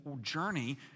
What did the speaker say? journey